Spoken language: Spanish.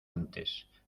antes